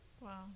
Wow